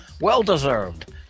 well-deserved